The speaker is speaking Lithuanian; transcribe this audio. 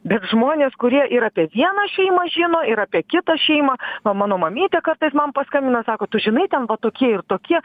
bet žmonės kurie ir apie vieną šeimą žino ir apie kitą šeimą va mano mamytė kartais man paskambina sako tu žinai ten va tokie ir tokie